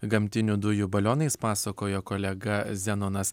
gamtinių dujų balionais pasakojo kolega zenonas